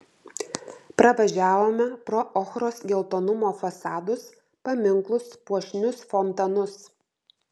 pravažiavome pro ochros geltonumo fasadus paminklus puošnius fontanus